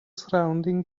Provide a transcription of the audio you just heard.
surrounding